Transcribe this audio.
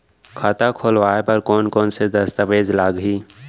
खाता खोलवाय बर कोन कोन से दस्तावेज लागही?